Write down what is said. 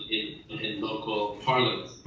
and and local parliament.